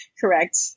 correct